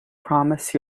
promise